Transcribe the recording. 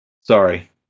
sorry